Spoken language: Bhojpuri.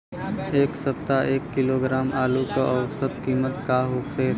एह सप्ताह एक किलोग्राम आलू क औसत कीमत का हो सकेला?